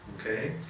okay